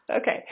okay